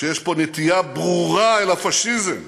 שיש פה נטייה ברורה אל הפאשיזם.